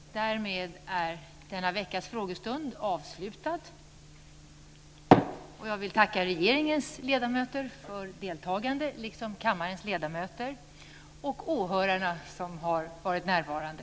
Tack! Därmed är denna veckas frågestund avslutad. Jag tackar regeringens ledamöter liksom kammarens ledamöter för deltagande och även de åhörare som har varit närvarande.